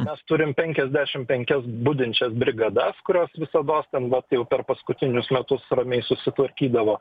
mes turim penkiasdešim penkias budinčias brigadas kurios visados ten buvo jau per paskutinius metus ramiai susitvarkydavo